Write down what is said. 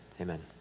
Amen